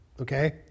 okay